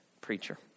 preacher